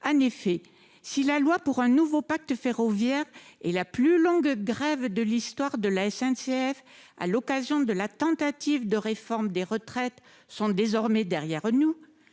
en effet, si la loi pour un nouveau pacte ferroviaire et la plus longue grève de l'histoire de la SNCF à l'occasion de la tentative de réforme des retraites sont désormais derrière nous,